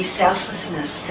selflessness